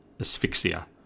asphyxia